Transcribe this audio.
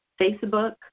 Facebook